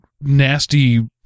nasty